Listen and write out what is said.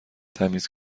تمیز